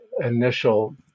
initial